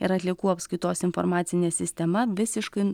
ir atliekų apskaitos informacinė sistema visiškai